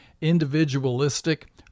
individualistic